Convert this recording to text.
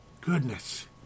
goodness